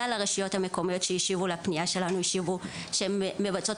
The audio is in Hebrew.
כלל הרשויות המקומיות שהשיבו לפנייה שלנו השיבו שהן מבצעות